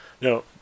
No